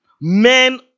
Men